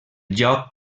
joc